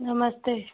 नमस्ते